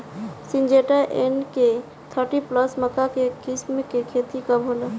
Syngenta NK thirty plus मक्का के किस्म के खेती कब होला?